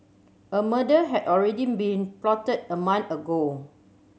a murder had already been plotted a month ago